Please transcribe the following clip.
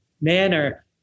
manner